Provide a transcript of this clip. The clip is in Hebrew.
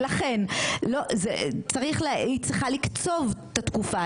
ולכן היא צריכה לקצוב את התקופה,